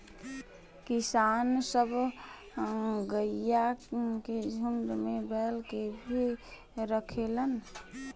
किसान सब गइया के झुण्ड में बैल के भी रखेलन